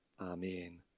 Amen